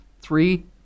three